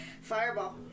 Fireball